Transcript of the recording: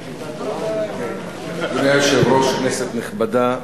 אדוני היושב-ראש, כנסת נכבדה,